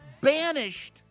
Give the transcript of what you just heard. banished